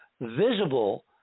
visible